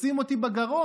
תופסים אותי בגרון.